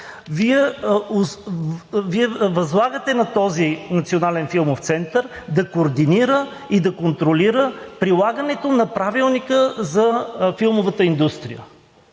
Вие възлагате на този Национален филмов център да координира и да контролира прилагането на Правилника за филмовата индустрия?